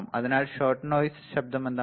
അതിനാൽ ഷോട്ട് ശബ്ദമെന്താണ്